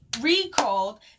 recalled